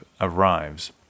arrives